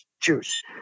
juice